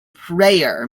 prayer